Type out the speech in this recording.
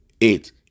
Eight